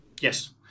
yes